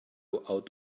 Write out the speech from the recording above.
out